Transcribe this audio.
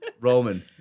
Roman